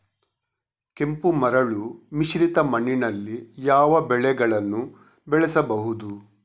ಕೆಂಪು ಮರಳು ಮಿಶ್ರಿತ ಮಣ್ಣಿನಲ್ಲಿ ಯಾವ ಬೆಳೆಗಳನ್ನು ಬೆಳೆಸಬಹುದು?